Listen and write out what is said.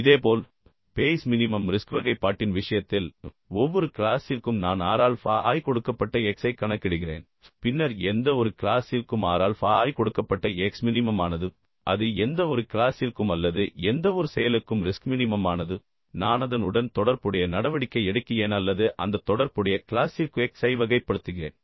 இதேபோல் Bayes minimum risk வகைப்பாட்டின் விஷயத்தில் ஒவ்வொரு கிளாசிற்கும் நான் R ஆல்ஃபா i கொடுக்கப்பட்ட x ஐக் கணக்கிடுகிறேன் பின்னர் எந்தவொரு கிளாசிற்கும் R ஆல்ஃபா i கொடுக்கப்பட்ட x மினிமமானது அது எந்தவொரு கிளாசிற்கும் அல்லது எந்தவொரு செயலுக்கும் ரிஸ்க் மினிமமானது நான் அதனுடன் தொடர்புடைய நடவடிக்கை எடுக்கிறேன் அல்லது அந்த தொடர்புடைய கிளாசிற்கு x ஐ வகைப்படுத்துகிறேன்